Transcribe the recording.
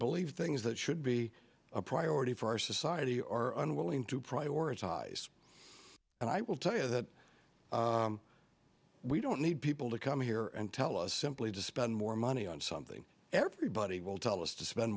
believe things that should be a priority for our society are unwilling to prioritize and i will tell you that we don't need people to come here and tell us simply to spend more money on something everybody will tell us to spend